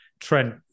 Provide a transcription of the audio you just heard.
Trent